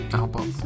album